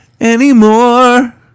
anymore